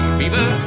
beaver